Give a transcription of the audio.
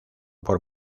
por